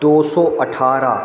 दो सौ अट्ठारह